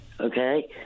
okay